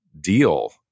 deal